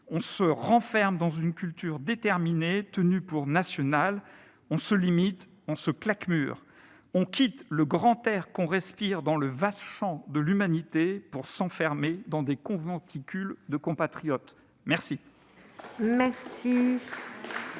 On se renferme dans une culture déterminée, tenue pour nationale ; on se limite, on se claquemure. On quitte le grand air qu'on respire dans le vaste champ de l'humanité pour s'enfermer dans des conventicules de compatriotes. »